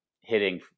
hitting